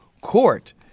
Court